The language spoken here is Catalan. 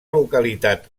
localitat